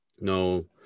No